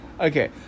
okay